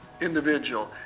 individual